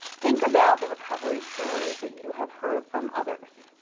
think about the recovery stories that you have heard from others.